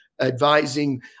advising